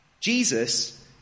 Jesus